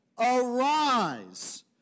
Arise